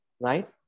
Right